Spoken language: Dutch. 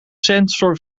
sensor